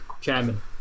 chairman